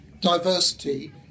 diversity